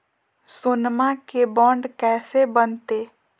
सोनमा के बॉन्ड कैसे बनते?